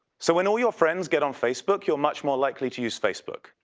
so when all your friends get on facebook, you're much more likely to use facebook.